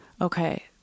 Okay